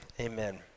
amen